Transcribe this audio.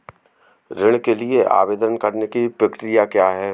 ऋण के लिए आवेदन करने की प्रक्रिया क्या है?